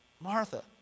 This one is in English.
Martha